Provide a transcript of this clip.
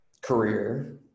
career